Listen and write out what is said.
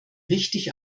richtig